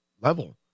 level